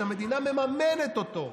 שהמדינה מממנת אותו,